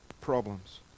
problems